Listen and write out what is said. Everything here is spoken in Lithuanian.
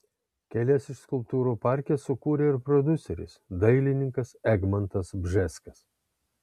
kelias iš skulptūrų parke sukūrė ir prodiuseris dailininkas egmontas bžeskas